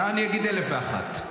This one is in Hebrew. אני אגיד אלף ואחת.